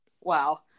Wow